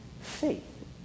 faith